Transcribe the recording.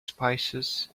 spices